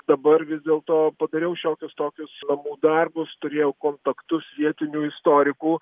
dabar vis dėl to padariau šiokius tokius namų darbus turėjau kontaktus vietinių istorikų